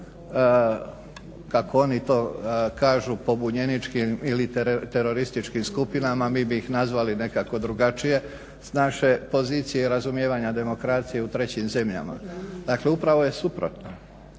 kako oni to kažu, pobunjeničkim ili terorističkim skupinama, mi bi ih nazvali nekako drugačije s naše pozicije razumijevanja demokracije u trećim zemljama. Dakle, upravo je suprotno